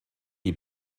die